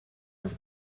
els